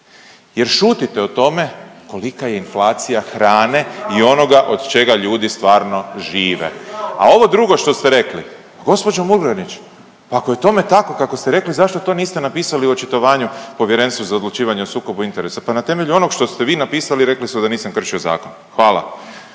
Jer šutite o tome kolika je inflacija hrane i onoga od čega ljudi stvarno žive. A ovo drugo što ste rekli gospođo Murganić pa ako je tome tako kako ste rekli zašto to niste napisali u očitovanju Povjerenstvu za odlučivanje o sukobu interesa, pa na temelju onog što ste vi napisali rekli su da nisam kršio zakon. Hvala.